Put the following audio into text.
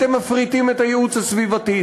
אתם מפריטים את הייעוץ הסביבתי.